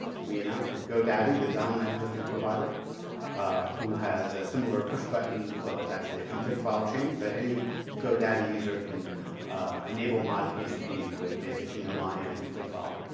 we announced with go daddy, the dominant hosting provider who has a similar push-button flow, it's actually a config file change but any go daddy user can enable mod pagespeed with, basically, a line in and a config file.